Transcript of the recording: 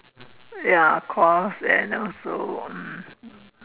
ya of course and also um